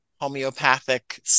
homeopathic